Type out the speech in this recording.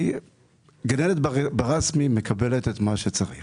גננת ברשמי מקבלת את מה שצריך